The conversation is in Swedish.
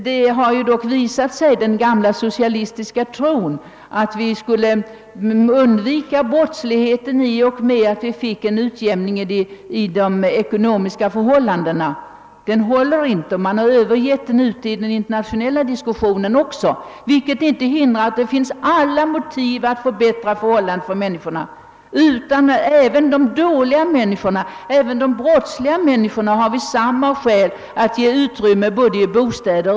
Det har nämligen visat sig att den gamla socialistiska tron, att vi skulle kunna slippa brottslighet genom en utjämning av de ekonomiska förhållandena inte håller; man har övergivit den även i den internationella diskussionen. Det hindrar dock inte att det finns fullgoda motiv för att försöka förbättra förhållandena för människorna — även för de »dåliga» — de brottsliga människorna måste t.ex. också få bostäder.